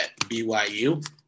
BYU